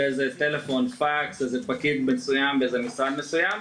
שיש פער מאוד גדול,